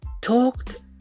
talked